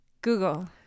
Google